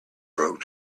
broke